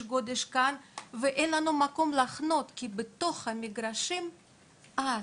גודש כאן ואין לנו מקום להחנות" כי בתוך המגרשים אז